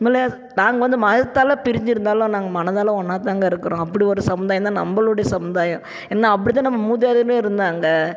அதுபோல் நாங்கள் வந்து மதத்தால் பிரிஞ்சிருந்தாலும் நாங்கள் மனதால் ஒன்றா தாங்க இருக்கிறோம் அப்படி ஒரு சமுதாயம் தான் நம்ளுடைய சமுதாயம் ஏன்னா அப்படி தான் நம்ம மூதாதையரும் இருந்தாங்க